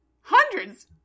Hundreds